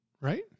right